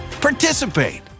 participate